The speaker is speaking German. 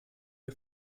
ihr